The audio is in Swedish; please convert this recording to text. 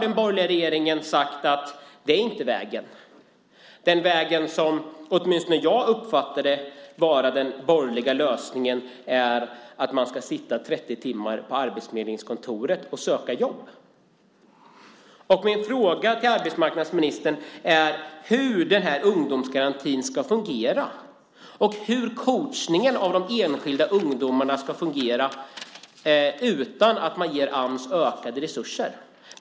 Den borgerliga regeringen har sagt att det inte är vägen. Den väg som jag uppfattar är den borgerliga lösningen är att man ska sitta 30 timmar på arbetsförmedlingskontoret och söka jobb. Min fråga till arbetsmarknadsministern är: Hur ska ungdomsgarantin fungera? Hur ska coachningen av de enskilda ungdomarna fungera utan att man ger Ams ökade resurser?